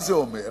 מה זה אומר?